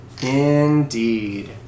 Indeed